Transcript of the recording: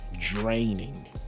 draining